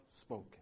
spoken